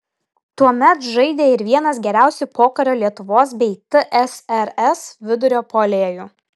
tuomet žaidė ir vienas geriausių pokario lietuvos bei tsrs vidurio puolėjų